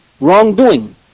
wrongdoing